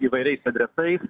įvairiais adresais